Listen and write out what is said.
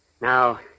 Now